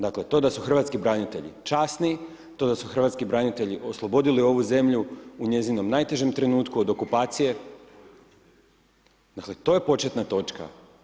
Dakle, to da su Hrvatski branitelji časni, to da su Hrvatski branitelji oslobodili ovu zemlju u njezinom najtežem trenutku od okupacije, dakle to je početna točka.